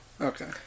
Okay